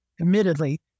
admittedly